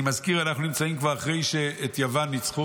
אני מזכיר, אנחנו נמצאים כבר אחרי שניצחו את יוון,